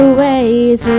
ways